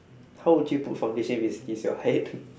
how would you put foundation if it's is your height